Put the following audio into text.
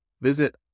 Visit